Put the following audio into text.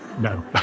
No